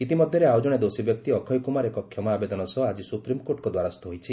ଇତିମଧ୍ୟରେ ଆଉ ଜଣେ ଦୋଷୀ ବ୍ୟକ୍ତି ଅକ୍ଷୟ କୁମାର ଏକ କ୍ଷମା ଆବେଦନ ସହ ଆଜି ସୁପ୍ରିମକୋର୍ଟଙ୍କ ଦ୍ୱାରସ୍ଥ ହୋଇଛି